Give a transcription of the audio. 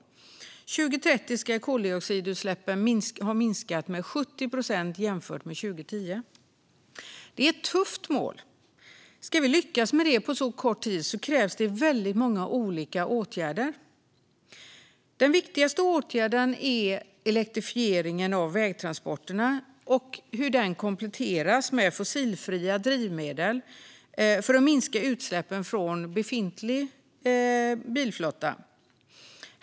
År 2030 ska koldioxidutsläppen ha minskat med 70 procent jämfört med 2010. Det är ett tufft mål. Ska vi lyckas med det på så kort tid krävs det väldigt många olika åtgärder. Den viktigaste åtgärden är elektrifieringen av vägtransporterna och hur den kompletteras med fossilfria drivmedel för att minska utsläppen från befintlig bilflotta.